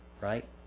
Right